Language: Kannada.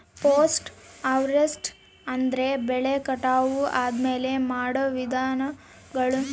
ಪೋಸ್ಟ್ ಹಾರ್ವೆಸ್ಟ್ ಅಂದ್ರೆ ಬೆಳೆ ಕಟಾವು ಆದ್ಮೇಲೆ ಮಾಡೋ ವಿಧಾನಗಳು